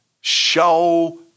Show